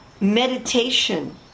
meditation